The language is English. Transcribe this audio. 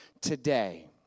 today